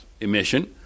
emission